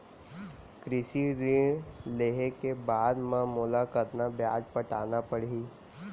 कृषि ऋण लेहे के बाद म मोला कतना ब्याज पटाना पड़ही?